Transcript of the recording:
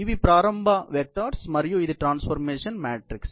ఇవి ప్రారంభ వెక్టర్స్ మరియు ఇది ట్రాన్స్ఫర్మేషన్ మ్యాట్రిక్స్